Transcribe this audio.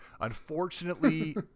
unfortunately